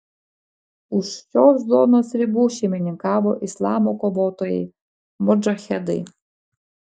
už šios zonos ribų šeimininkavo islamo kovotojai modžahedai